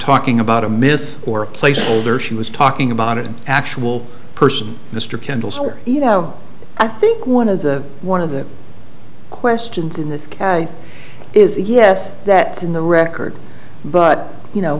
talking about a myth or a placeholder she was talking about an actual person mr kendall so you know i think one of the one of the questions in this case is yes that in the record but you know